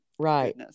right